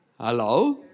Hello